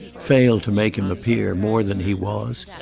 failed to make him appear more than he was,